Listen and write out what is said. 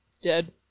Dead